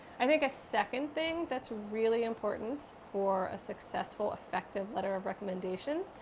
i think a second thing that's really important for a successful, effective letter of recommendation,